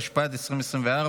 התשפ"ד 2024,